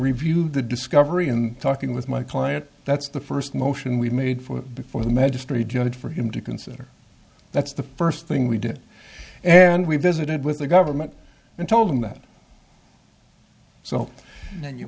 reviewed the discovery and talking with my client that's the first motion we made for before the magistrate judge for him to consider that's the first thing we did and we visited with the government and told them that so then you